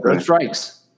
strikes